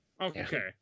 okay